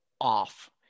off